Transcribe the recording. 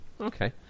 okay